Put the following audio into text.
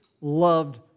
loved